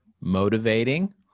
motivating